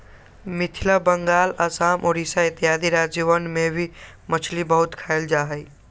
मिथिला बंगाल आसाम उड़ीसा इत्यादि राज्यवन में भी मछली बहुत खाल जाहई